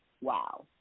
Wow